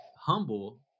humble